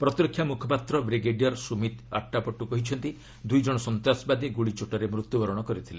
ପ୍ରତିରକ୍ଷା ମୁଖପାତ୍ର ବ୍ରିଗେଡିୟର୍ ସୁମିତ୍ ଆଟ୍ଟାପଟୁ କହିଛନ୍ତି ଦୁଇ ଜଣ ସନ୍ତାସବାଦୀ ଗୁଳିଚୋଟରେ ମୃତ୍ୟୁବରଣ କରିଥିଲେ